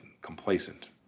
complacent